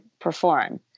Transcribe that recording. perform